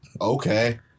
okay